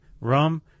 rum